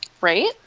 Right